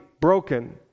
broken